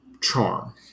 charm